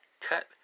cut